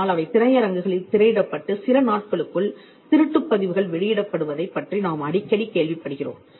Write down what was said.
ஆனால் அவை திரையரங்குகளில் திரையிடப்பட்டு சில நாட்களுக்குள் திருட்டுப் பதிவுகள் வெளியிடப்படுவதைப் பற்றி நாம் அடிக்கடி கேள்விப்படுகிறோம்